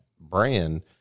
brand